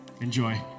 Enjoy